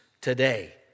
today